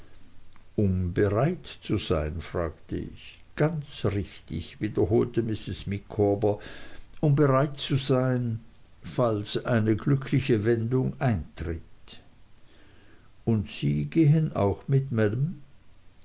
um bereit zu sein fragte ich ganz richtig wiederholte mrs micawber um bereit zu sein falls eine glückliche wendung eintritt und sie gehen auch mit